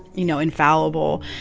you know, infallible.